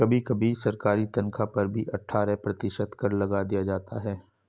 कभी कभी सरकारी तन्ख्वाह पर भी अट्ठारह प्रतिशत कर लगा दिया जाता है